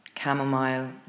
chamomile